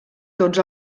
tots